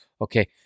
Okay